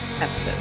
episode